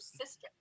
sister